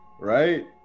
Right